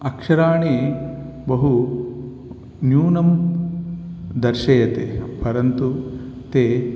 अक्षराणि बहुन्यूनं दर्शयति परन्तु ते